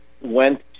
went